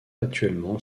actuellement